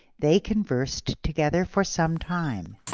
they conversed together for some time,